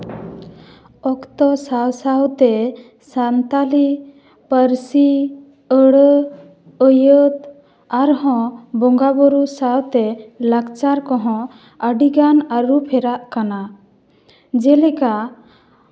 ᱚᱠᱛᱚ ᱥᱟᱣ ᱥᱟᱣᱛᱮ ᱥᱟᱱᱛᱟᱞᱤ ᱯᱟᱹᱨᱥᱤ ᱟᱹᱲᱟᱹ ᱟᱹᱭᱟᱹᱛ ᱟᱨᱦᱚᱸ ᱵᱚᱸᱜᱟᱼᱵᱩᱨᱩ ᱥᱟᱶᱛᱮ ᱞᱟᱠᱪᱟᱨ ᱠᱚᱦᱚᱸ ᱟᱹᱰᱤᱜᱟᱱ ᱟᱹᱨᱩ ᱯᱷᱮᱨᱟᱜ ᱠᱟᱱᱟ ᱡᱮᱞᱮᱠᱟ